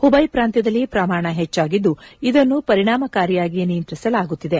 ಹುಬೈ ಪ್ರಾಂತ್ಯದಲ್ಲಿ ಪ್ರಮಾಣ ಹೆಚ್ಚಾಗಿದ್ದು ಇದನ್ನು ಪರಿಣಾಮಕಾರಿಯಾಗಿ ನಿಯಂತ್ರಿಸಲಾಗುತ್ತಿದೆ